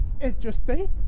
Interesting